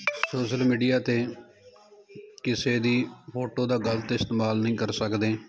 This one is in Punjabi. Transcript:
ਸੋਸ਼ਲ ਮੀਡੀਆ 'ਤੇ ਕਿਸੇ ਦੀ ਫੋਟੋ ਦਾ ਗਲਤ ਇਸਤੇਮਾਲ ਨਹੀਂ ਕਰ ਸਕਦੇ